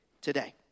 today